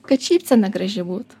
kad šypsena graži būtų